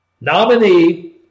nominee